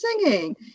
singing